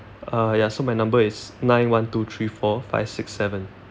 uh ya so my number is nine one two three four five six seven